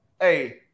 Hey